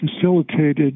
facilitated